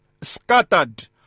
scattered